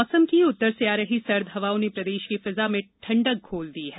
मौसम उत्तर से आ रही सर्द हवाओं ने प्रदेश की फिजा में ठण्डक घोल दी है